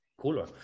cooler